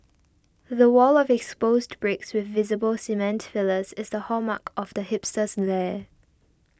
the wall of exposed bricks with visible cement fillers is the hallmark of the hipster's lair